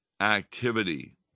activity